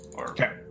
Okay